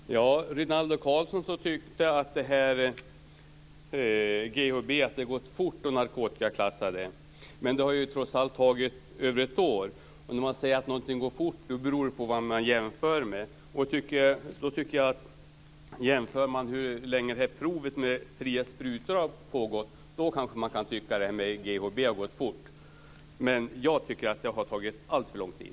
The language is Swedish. Fru talman! Rinaldo Karlsson tyckte att det har gått fort att narkotikaklassa GHB, men det har trots allt tagit över ett år. Bedömningen av hur fort det går är beroende av vad man jämför med. Jämfört med hur länge provet med fria sprutor har pågått kan man kanske tycka att GHB-klassningen har gått fort, men jag tycker att den har tagit alltför lång tid.